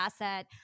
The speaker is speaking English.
asset